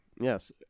yes